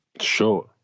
Sure